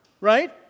right